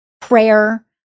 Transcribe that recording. prayer